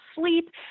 sleep